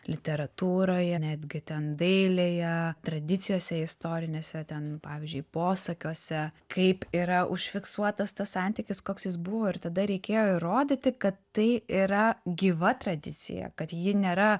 literatūroje netgi ten dailėje tradicijose istorinėse ten pavyzdžiui posakiuose kaip yra užfiksuotas tas santykis koks jis buvo ir tada reikėjo įrodyti kad tai yra gyva tradicija kad ji nėra